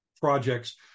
projects